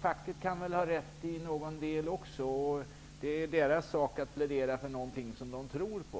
Facket kan väl ha rätt i någon del också. Det är deras sak att plädera för någonting som de tror på.